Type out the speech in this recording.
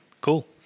Cool